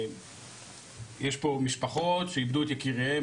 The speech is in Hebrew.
יש פה משפחות שאיבדו את יקיריהן,